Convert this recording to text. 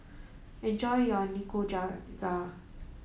enjoy your Nikujaga